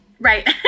Right